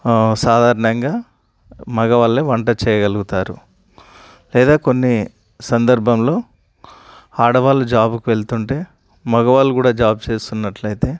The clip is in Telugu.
సాధారణంగా మగవాళ్ళే వంట చేయగలుగుతారు లేదా కొన్ని సందర్భంలో ఆడవాళ్ళు జాబుకు వెళ్తుంటే మగవాళ్ళు కూడా జాబ్ చేస్తున్నట్లయితే